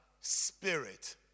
spirit